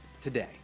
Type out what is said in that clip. today